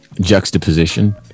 Juxtaposition